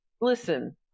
listen